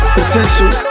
Potential